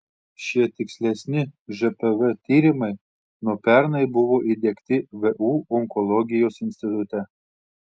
šie tikslesni žpv tyrimai nuo pernai buvo įdiegti vu onkologijos institute